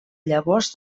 llavors